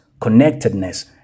connectedness